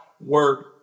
word